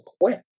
quit